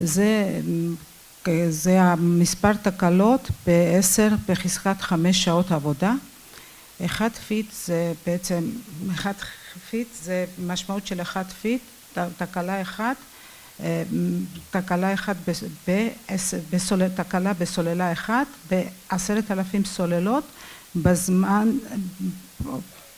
זה המספר תקלות ב-10 בחזקת חמש שעות עבודה. אחד פיט זה בעצם, אחד פיט זה משמעות של אחד פיט, תקלה בסוללה אחת, בעשרת אלפים סוללות, בזמן,